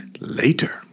Later